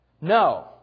No